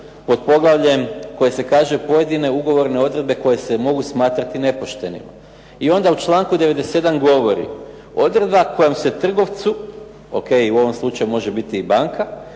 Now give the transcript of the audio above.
pod poglavljem koje se kaže pojedine ugovorne odredbe koje se mogu smatrati nepoštenima. I onda u članku 97. govori odredba kojom se trgovcu, ok u ovom slučaju može biti i banka,